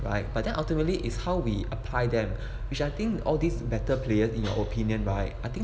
right but then ultimately is how we apply them which I think all these better players in your opinion right I think